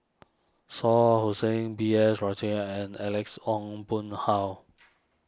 Shah Hussain B S Rajhans and Alex Ong Boon Hau